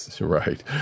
Right